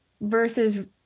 versus